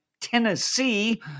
Tennessee